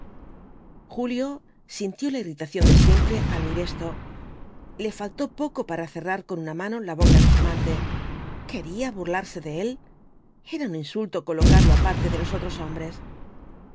julio sintió la irritación de siempre al oir esto le faltó poco para cerrar con una mano la boca de su amante quería burlarse de él era un insulto colocarlo aparte de los otros hombres